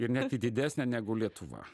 ir net į didesnę negu lietuva